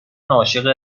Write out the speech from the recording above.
عاشق